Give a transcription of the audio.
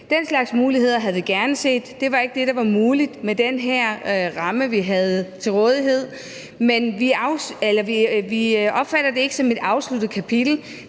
Den slags muligheder havde vi gerne set. Det var ikke det, der var muligt med den her ramme, vi havde til rådighed, men vi opfatter det ikke som et afsluttet kapitel.